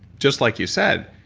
just like you said,